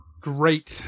Great